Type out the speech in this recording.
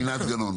עינת גנון,